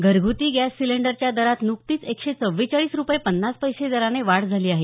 घरगूती गॅस सिलेंडरच्या दरात नुकतीच एकशे चव्वेचाळीस रुपये पन्नास पैसे वाढ झाली आहे